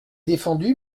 défendu